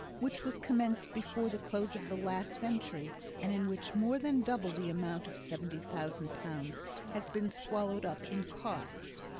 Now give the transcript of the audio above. which was commenced before the close of the last century and in which more than double the amount of seventy thousand pounds has been swallowed up in costs.